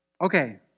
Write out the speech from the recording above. Okay